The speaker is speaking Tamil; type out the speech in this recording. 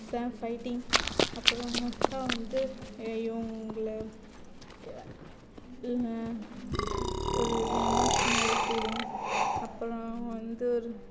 சாங் ஃபய்ட்டிங் அப்புறமேட்டுக்கா வந்து இவங்கள ஒரு எமோஷ்னல் ஃபீலிங்ஸ் அப்புறம் வந்து ஒரு